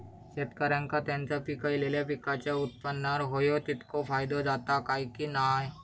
शेतकऱ्यांका त्यांचा पिकयलेल्या पीकांच्या उत्पन्नार होयो तितको फायदो जाता काय की नाय?